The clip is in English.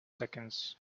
seconds